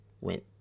Went